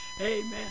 Amen